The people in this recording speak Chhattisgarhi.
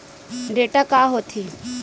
डेटा का होथे?